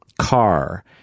car